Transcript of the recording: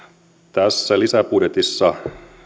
tässä lisäbudjetissa